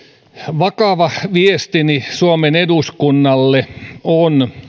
vakava viestini suomen eduskunnalle on